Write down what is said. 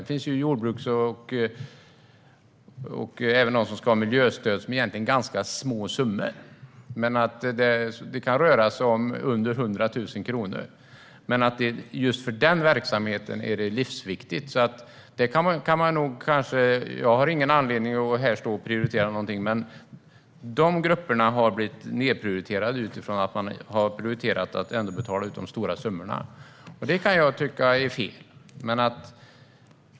Det finns jordbruksstöd och miljöstöd på ganska små summor, under 100 000 kronor, men för en specifik verksamhet är dessa pengar livsviktiga. Jag har ingen anledning att prioritera något, men dessa grupper har blivit nedprioriterade eftersom man har prioriterat att betala ut de stora summorna. Det kan jag tycka är fel.